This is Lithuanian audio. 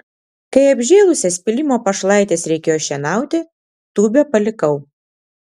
kai apžėlusias pylimo pašlaites reikėjo šienauti tūbę palikau